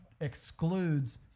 excludes